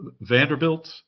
Vanderbilt